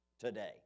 today